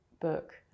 book